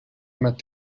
met